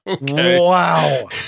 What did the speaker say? Wow